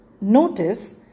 notice